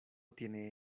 tiene